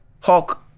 Hulk